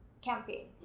campaign